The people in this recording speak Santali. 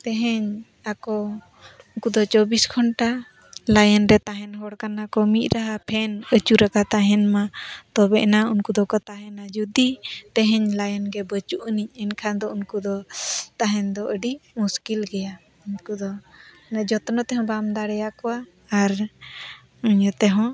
ᱛᱮᱦᱮᱧ ᱟᱠᱚ ᱩᱱᱠᱩ ᱫᱚ ᱪᱚᱵᱵᱤᱥ ᱜᱷᱚᱱᱴᱟ ᱞᱟᱭᱤᱱ ᱨᱮ ᱛᱟᱦᱮᱱ ᱦᱚᱲ ᱠᱟᱱᱟ ᱠᱚ ᱢᱤᱫ ᱨᱟᱦᱟ ᱯᱷᱮᱱ ᱟᱹᱪᱩᱨ ᱟᱠᱟᱫ ᱛᱟᱦᱮᱱ ᱢᱟ ᱛᱚᱵᱮ ᱮᱱᱟ ᱩᱱᱠᱩ ᱫᱚᱠᱚ ᱛᱟᱦᱮᱱᱟ ᱡᱩᱫᱤ ᱛᱮᱦᱮᱧ ᱞᱟᱭᱤᱱ ᱜᱮ ᱵᱟᱹᱱᱩᱜ ᱟᱹᱱᱤᱡ ᱮᱱᱠᱷᱟᱱ ᱫᱚ ᱩᱱᱠᱩ ᱫᱚ ᱛᱟᱦᱮᱱ ᱫᱚ ᱟᱹᱰᱤ ᱢᱩᱥᱠᱤᱞ ᱜᱮᱭᱟ ᱩᱱᱠᱚ ᱫᱚ ᱡᱚᱛᱱᱚ ᱛᱮᱦᱚᱸ ᱵᱟᱢ ᱫᱟᱲᱮᱭᱟᱠᱚᱣᱟ ᱟᱨ ᱤᱭᱟᱹ ᱛᱮᱦᱚᱸ